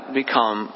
become